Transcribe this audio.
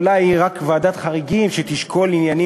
אולי רק ועדת חריגים שתשקול עניינים